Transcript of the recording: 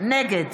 נגד